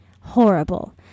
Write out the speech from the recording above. horrible